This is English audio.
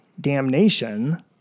damnation